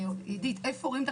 עידית, איפה רואים.